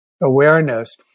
awareness